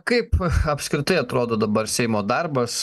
kaip apskritai atrodo dabar seimo darbas